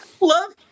Love